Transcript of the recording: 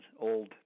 old